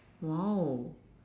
!wow!